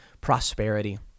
prosperity